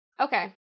Okay